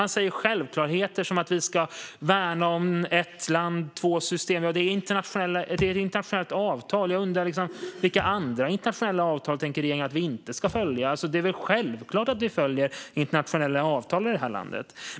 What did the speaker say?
Man säger självklarheter som att vi ska värna "ett land, två system". Ja, det är ju ett internationellt avtal. Vilka andra internationella avtal tänker regeringen att vi inte ska följa? Det är väl självklart att vi följer internationella avtal i det här landet.